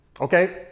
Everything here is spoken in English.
Okay